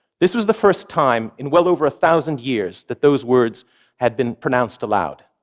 this was the first time in well over a thousand years that those words had been pronounced aloud.